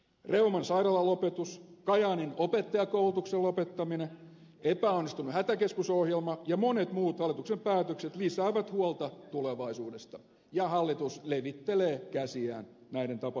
reuman sairaalan lopetus kajaanin opettajankoulutuksen lopettaminen epäonnistunut hätäkeskusohjelma ja monet muut hallituksen päätökset lisäävät huolta tulevaisuudesta ja hallitus levittelee käsiään näiden tapahtumien edessä